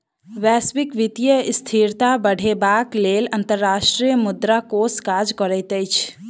वैश्विक वित्तीय स्थिरता बढ़ेबाक लेल अंतर्राष्ट्रीय मुद्रा कोष काज करैत अछि